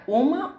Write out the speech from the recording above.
uma